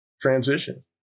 transition